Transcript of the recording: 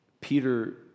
Peter